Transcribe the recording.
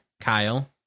Kyle